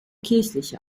kirchliche